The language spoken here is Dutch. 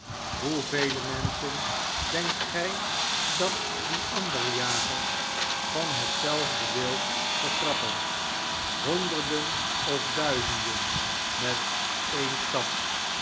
hoevele menschen denkt gij dat die andere jagers van hetzelfde wild vertrappen honderden of duizenden met een stap